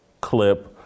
clip